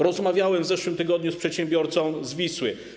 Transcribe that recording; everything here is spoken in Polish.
Rozmawiałem w zeszłym tygodniu z przedsiębiorcą z Wisły.